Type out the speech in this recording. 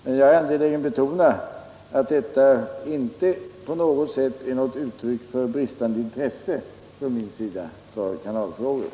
Men jag har anledning betona att det inte är något uttryck för bristande intresse för kanalfrågor från min sida.